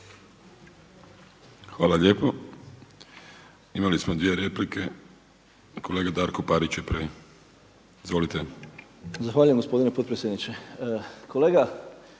Hvala lijepo. Imali smo dvije replike. Kolega Darko Parić je prvi. **Parić, Darko (SDP)** Zahvaljujem gospodine potpredsjedniče. Kolega,